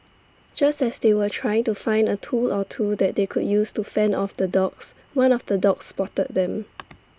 just as they were trying to find A tool or two that they could use to fend off the dogs one of the dogs spotted them